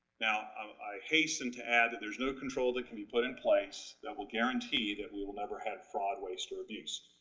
now, i hasten to add that there's no control that can be put in place that will guarantee that we'll never have fraud, waste, or abuse.